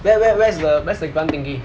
where where where's the grant thingy